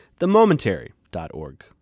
themomentary.org